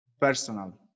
personal